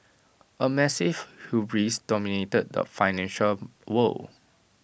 A massive hubris dominated the financial world